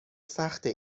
سخته